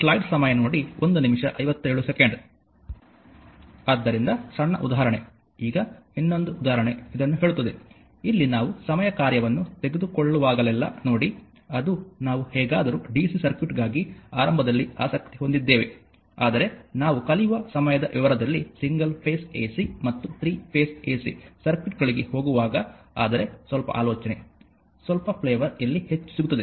ಆದ್ದರಿಂದ ಸಣ್ಣ ಉದಾಹರಣೆ ಈಗ ಇನ್ನೊಂದು ಉದಾಹರಣೆ ಇದನ್ನು ಹೇಳುತ್ತದೆ ಇಲ್ಲಿ ನಾವು ಸಮಯ ಕಾರ್ಯವನ್ನು ತೆಗೆದುಕೊಳ್ಳುವಾಗಲೆಲ್ಲಾ ನೋಡಿ ಅದು ನಾವು ಹೇಗಾದರೂ DC ಸರ್ಕ್ಯೂಟ್ಗಾಗಿ ಆರಂಭದಲ್ಲಿ ಆಸಕ್ತಿ ಹೊಂದಿದ್ದೇವೆ ಆದರೆ ನಾವು ಕಲಿಯುವ ಸಮಯದ ವಿವರದಲ್ಲಿ ಸಿಂಗಲ್ ಫೇಸ್ Ac ಮತ್ತು 3 ಫೇಸ್ Ac ಸರ್ಕ್ಯೂಟ್ಗಳಿಗೆ ಹೋಗುವಾಗ ಆದರೆ ಸ್ವಲ್ಪ ಆಲೋಚನೆ ಸ್ವಲ್ಪ ಫ್ಲೇವರ್ ಇಲ್ಲಿ ಹೆಚ್ಚು ಸಿಗುತ್ತದೆ